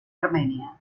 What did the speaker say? armenia